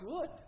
good